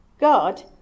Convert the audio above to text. God